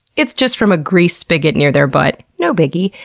it's just from a grease spigot near their butt. no biggy.